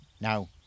Now